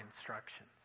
instructions